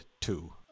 two